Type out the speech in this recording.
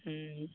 હં